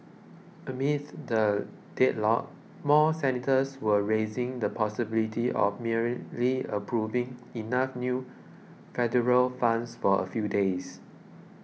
amid the deadlock more senators were raising the possibility of merely approving enough new federal funds for a few days